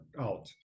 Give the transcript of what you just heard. out